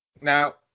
Now